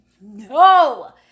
no